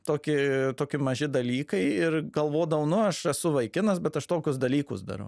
toki toki maži dalykai ir galvodavau nu aš esu vaikinas bet aš tokius dalykus darau